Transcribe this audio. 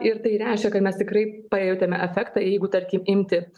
ir tai reiškia kad mes tikrai pajautėme efektą jeigu tarkim imti